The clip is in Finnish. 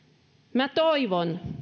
minä toivon